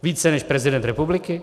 Více než prezident republiky?